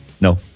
No